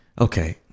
okay